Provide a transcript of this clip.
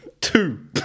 Two